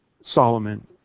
Solomon